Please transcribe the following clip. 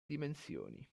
dimensioni